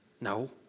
no